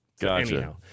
gotcha